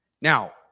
Now